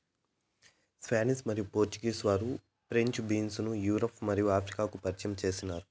Spanish మరియు Portuguese వారు French beans ను యూరప్ మరియు ఆఫ్రికాకు పరిచయం చేసినారు